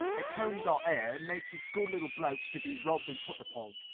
it combs our air and makes us good little blokes to be robbed and put upon.